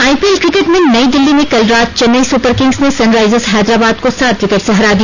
IPL cricket में नई दिल्ली में कल रात चेन्नई सुपर किंग्स ने सनराइजर्स हैदराबाद को सात विकेट से हरा दिया